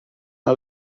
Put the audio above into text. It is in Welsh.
nad